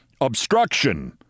obstruction